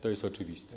To jest oczywiste.